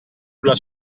alla